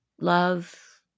Love